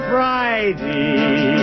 Friday